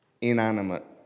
inanimate